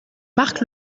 marc